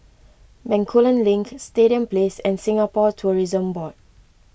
Bencoolen Link Stadium Place and Singapore Tourism Board